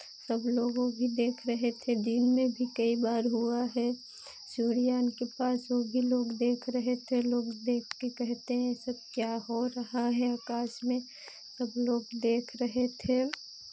सब लोग वही देख रहे थे दिन में भी कई बार हुआ है सूर्यग्रहण के पास और भी लोग देख रहे थे लोग देख के कहते हैं ये सब क्या हो रहा है अकाश में सब लोग देख रहे थे